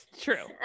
true